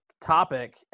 topic